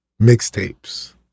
mixtapes